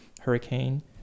Hurricane